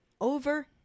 over